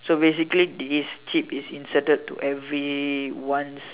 so basically this chip is inserted to everyone's